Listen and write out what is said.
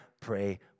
pray